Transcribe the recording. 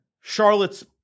Charlotte's